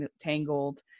Tangled